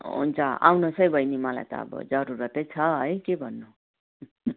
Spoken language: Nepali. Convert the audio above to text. हुन्छ आउनुहोस् है बैनी मलाई त अब जरुरतै छ है के भन्नु